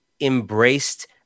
embraced